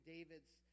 David's